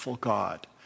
God